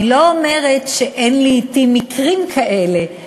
אני לא אומרת שאין לעתים מקרים כאלה,